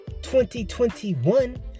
2021